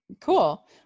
cool